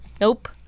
Nope